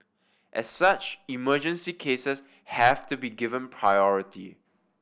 as such emergency cases have to be given priority